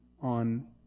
on